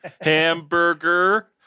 Hamburger